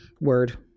Word